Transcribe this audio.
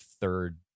third